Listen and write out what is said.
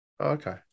Okay